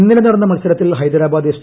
ഇന്നലെ നടന്ന മത്സരത്തിൽ ഹൈദരാബാദ് എഫ്